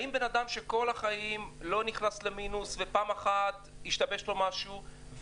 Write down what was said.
האם בן אדם שכל החיים לא נכנס למינוס ופעם אחת השתבש לו משהו,